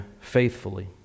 faithfully